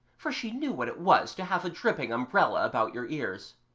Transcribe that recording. for she knew what it was to have a dripping umbrella about your ears.